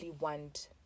want